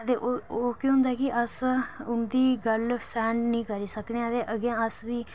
ते ओह् केह् हुंदा कि अस उंदी गल्ल सैहन नी करी सकने आं ते अग्गै अस बी